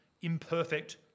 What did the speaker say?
imperfect